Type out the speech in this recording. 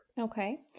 Okay